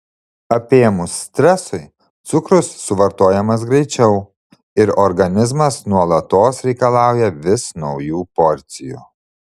apėmus stresui cukrus suvartojamas greičiau ir organizmas nuolatos reikalauja vis naujų porcijų